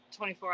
24